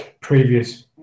previous